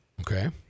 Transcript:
Okay